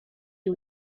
you